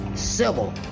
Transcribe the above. Civil